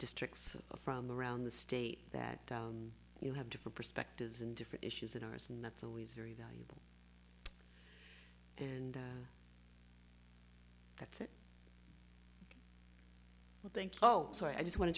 districts from around the state that you have different perspectives and different issues than ours and that's always very valuable and that's it with thank you so i just wanted